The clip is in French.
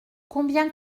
combien